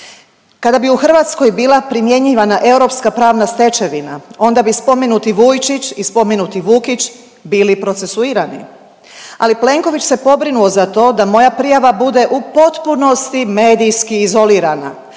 Kada bi u Hrvatskoj bila primjenjivana europska pravna stečevina onda bi spomenuti Vujčić i spomenuti Vukić bili procesuirani, ali Plenković se pobrinuo za to da moja prijava bude u potpunosti medijski izolirana,